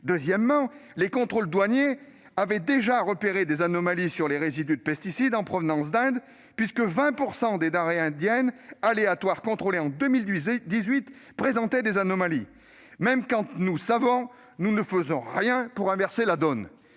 Deuxièmement, les contrôles douaniers avaient déjà repéré des anomalies sur les résidus de pesticides en provenance d'Inde, puisque 20 % des denrées indiennes aléatoirement contrôlées en 2018 présentaient des anomalies, mais, même quand nous savons, nous ne faisons rien pour inverser la donne.